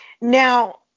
Now